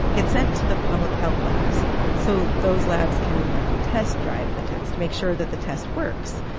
get sent to the public health labs so those labs can, like, test drive the test, make sure that the test works,